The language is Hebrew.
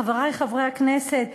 חברי חברי הכנסת,